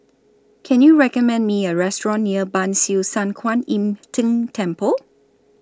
Can YOU recommend Me A Restaurant near Ban Siew San Kuan Im Tng Temple